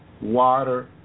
water